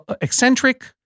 eccentric